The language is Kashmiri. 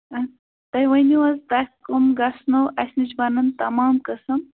آ تُہۍ ؤنو حظ تۄہہِ کٔم گژھنَو اَسہِ نِش بَنَن تمام قٔسٕم